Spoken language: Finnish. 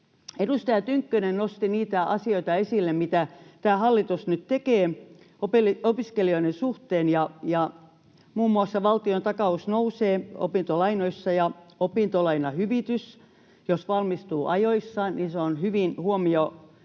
Edustaja Tynkkynen nosti esille niitä asioita, mitä tämä hallitus nyt tekee opiskelijoiden suhteen. Muun muassa valtiontakaus nousee opintolainoissa, ja opintolainahyvitys, jos valmistuu ajoissa, on hyvin huomattava